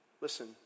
Listen